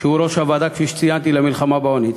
שהוא ראש הוועדה, כפי שציינתי, למלחמה בעוני.